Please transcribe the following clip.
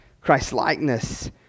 Christ-likeness